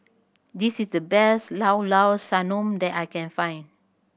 this is the best Llao Llao Sanum that I can find